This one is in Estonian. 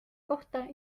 kohta